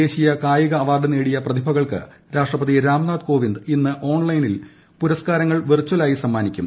ദേശീയ കായിക അവാർഡ് നേടിയ പ്രതിഭകൾക്ക് രാഷ്ട്രപതി രാംനാഥ് കോവിന്ദ് ഇന്ന് ഓൺലൈൻ ചടങ്ങിൽ പുരസ്കാരങ്ങൾ വെർചലായി സമ്മാനിക്കും